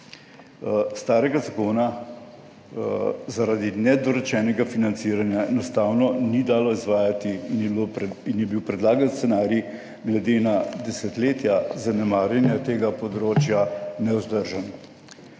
starega zakona zaradi nedorečenega financiranja enostavno ni dalo izvajati in je bil predlagan scenarij glede na desetletja zanemarjanja tega področja nevzdržen.